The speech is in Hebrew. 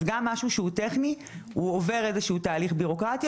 אז גם משהו טכני עובר איזשהו תהליך בירוקרטי,